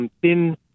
thin